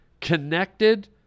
Connected